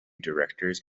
directors